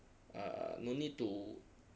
err no need to